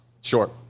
Sure